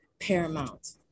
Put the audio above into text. paramount